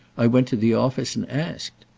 i went to the office and asked.